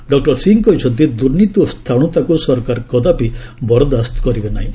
doctor Singh କହିଛନ୍ତି ଦୂର୍ନୀତି ଓ ସ୍ଥାଣ୍ରତକ୍ର ସରକାର କଦାପି ବରଦାସ୍ତ କରିବେ ନାହିଁ